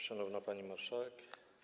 Szanowna Pani Marszałek!